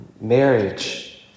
marriage